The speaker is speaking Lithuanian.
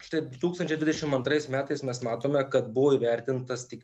štai du tūkstančiai dvidešim antrais metais mes matome kad buvo įvertintas tik